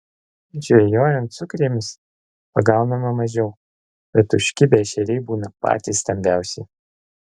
žvejojant sukrėmis pagaunama mažiau bet užkibę ešeriai būna patys stambiausi